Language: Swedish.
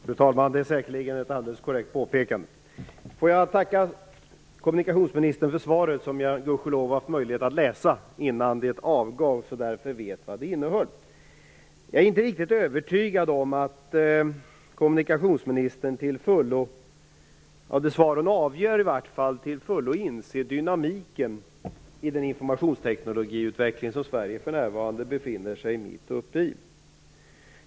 Fru talman! Det är säkerligen ett alldeles korrekt påpekande. Får jag tacka kommunikationsministern för svaret, som jag gudskelov haft möjlighet att läsa innan det avgas och därför vet vad det innehöll. Jag är inte riktigt övertygad av det svar som kommunikationsministern avger att hon till fullo inser dynamiken i den informationsteknikutveckling som Sverige för närvarande befinner sig mitt uppe i.